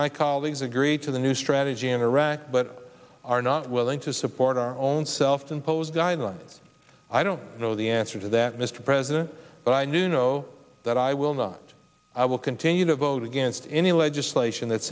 my colleagues agree to the new strategy in iraq but are not willing to support our own self imposed guideline i don't know the answer to that mr president but i knew know that i will not i will continue to vote against any legislation that